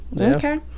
okay